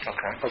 Okay